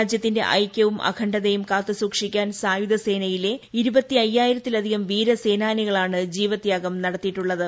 രാജ്യത്തിന്റെ ഐക്യവും അഖണ്ഡതയും കാത്തുസൂക്ഷിക്കാൻ സായുധ സേനയിലെ ഇരുപത്തയ്യായിരത്തിലധികം വീരസേനാനികളാണ് ജീവത്യാഗം നടത്തിയിട്ടുള്ളത്